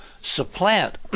supplant